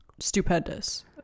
stupendous